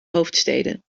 hoofdsteden